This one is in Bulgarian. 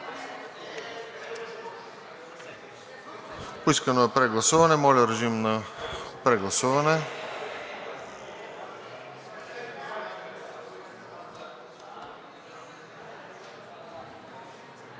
Поискано е прегласуване. Моля, режим на прегласуване!